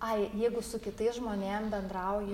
ai jeigu su kitais žmonėm bendrauju